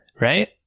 right